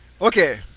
Okay